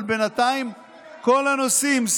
אבל בינתיים כל הנושאים,